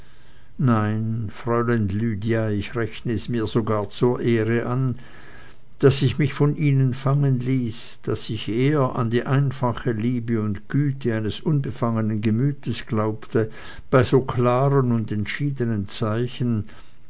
nein fräulein lydia ich rechne es mir sogar zur ehre an daß ich mich von ihnen fangen ließ daß ich eher an die einfache liebe und güte eines unbefangenen gemütes glaubte bei so klaren und entschiedenen zeichen